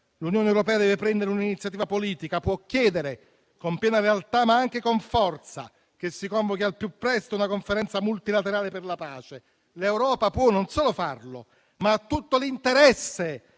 L'Unione europea deve prendere un'iniziativa politica; può chiedere con piena lealtà, ma anche con forza, che si convochi al più presto una conferenza multilaterale per la pace. L'Europa non solo può farlo, ma ha tutto l'interesse